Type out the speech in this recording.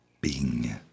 Bing